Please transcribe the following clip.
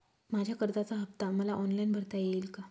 माझ्या कर्जाचा हफ्ता मला ऑनलाईन भरता येईल का?